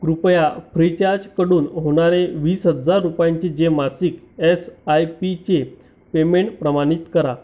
कृपया फ्रीचार्जकडून होणारे वीस हजार रुपयांचे जे मासिक एस आय पीचे पेमेंट प्रमाणित करा